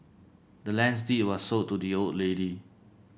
the land's deed was sold to the old lady